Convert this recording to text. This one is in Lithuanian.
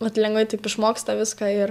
vat lengvai išmoksta viską ir